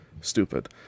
stupid